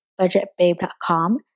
budgetbabe.com